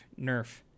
Nerf